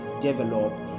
develop